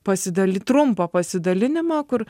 pasidali trumpą pasidalinimą kur